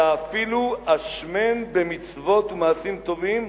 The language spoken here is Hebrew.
אלא אפילו השמן במצוות ובמעשים טובים,